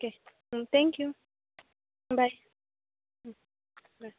okay thank you bye